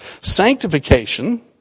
Sanctification